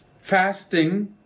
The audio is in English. Fasting